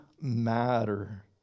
matter